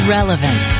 Relevant